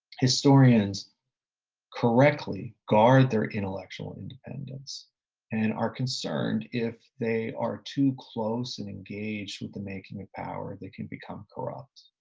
historians correctly guard their intellectual independence and are concerned, if they are too close and engaged with the making of power, they can become corrupt.